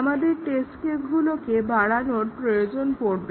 আমাদের টেস্ট কেসগুলোকে বাড়ানোর প্রয়োজন পড়বে